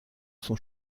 son